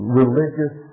religious